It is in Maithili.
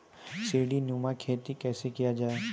सीडीनुमा खेती कैसे किया जाय?